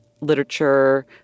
literature